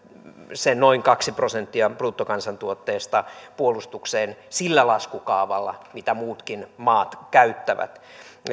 sen noin kaksi prosenttia bruttokansantuotteesta puolustukseen sillä laskukaavalla mitä muutkin maat käyttävät